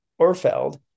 Orfeld